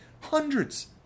Hundreds